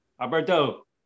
Alberto